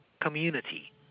community